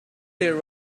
there